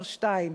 2),